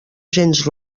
gens